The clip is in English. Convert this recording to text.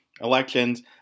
elections